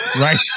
Right